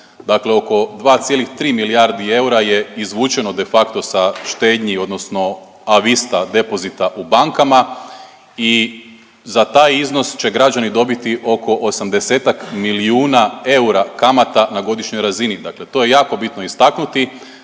Dakle, oko 2,3 milijardi eura je izvučeno de facto sa štednji odnosno a vista depozita u bankama i za taj iznos će građani dobiti oko 80-ak milijuna eura kamata na godišnjoj razini. Dakle, to je jako bitno istaknuti